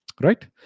Right